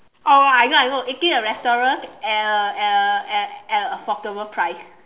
oh I know I know eating a restaurant at a at a at at a affordable price